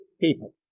people